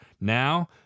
now